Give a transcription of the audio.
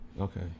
Okay